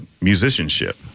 musicianship